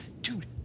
dude